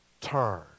Turn